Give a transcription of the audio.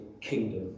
kingdom